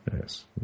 yes